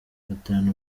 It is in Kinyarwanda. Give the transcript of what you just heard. batanu